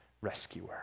rescuer